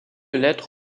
lettre